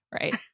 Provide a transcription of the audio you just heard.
Right